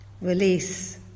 release